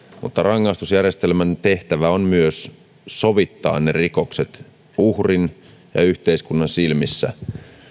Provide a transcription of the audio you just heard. mutta rangaistusjärjestelmän tehtävä on myös sovittaa rikokset uhrin ja yhteiskunnan silmissä